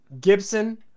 Gibson